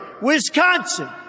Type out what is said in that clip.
Wisconsin